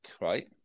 right